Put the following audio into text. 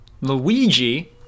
Luigi